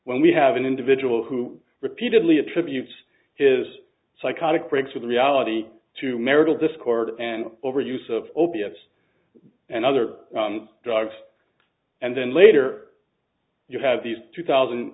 when we have an individual who repeatedly attributes his psychotic breaks with reality to marital discord and over use of opiates and other drugs and then later you have these two thousand